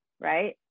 right